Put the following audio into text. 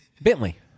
Bentley